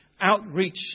outreach